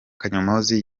kanyomozi